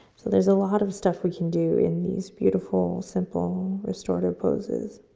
so there's a lot of stuff we can do in these beautiful, simple restorative poses.